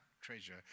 treasure